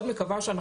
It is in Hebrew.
אני מאוד מקווה.